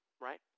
right